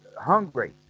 hungry